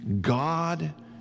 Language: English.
God